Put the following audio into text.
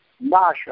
Masha